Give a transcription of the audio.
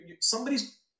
somebody's